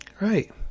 Right